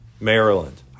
maryland